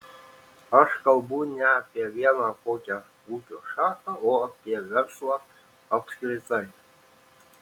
aš kalbu ne apie vieną kokią ūkio šaką o apie verslą apskritai